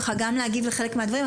גם להגיב לחלק מן הדברים.